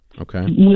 Okay